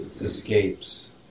escapes